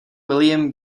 william